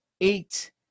eight